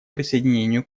присоединению